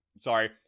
Sorry